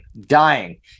dying